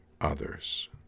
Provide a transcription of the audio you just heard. others